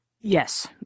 Yes